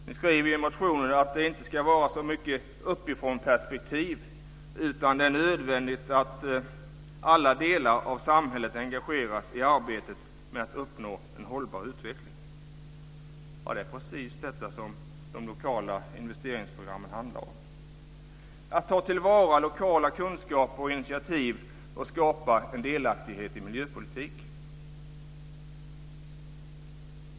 Ni skriver i motionen att det inte ska vara så mycket ovanifrånperspektiv utan att det är nödvändigt att alla delar av samhället engageras i arbetet med att uppnå en hållbar utveckling. Det är precis detta som de lokala investeringsprogrammen handlar om; att ta till vara lokala kunskaper och initiativ och skapa en delaktighet i miljöpolitiken.